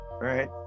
Right